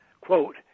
quote